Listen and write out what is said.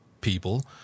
people